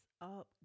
up